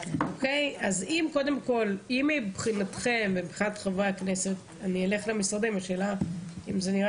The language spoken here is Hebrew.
השאלה אם לחברי הכנסת ולכם זה נראה